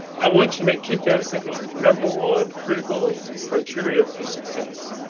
i want you to make kid benefit as your number one critical criterion for success.